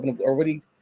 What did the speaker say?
already